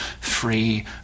free